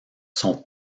sont